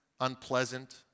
unpleasant